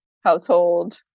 household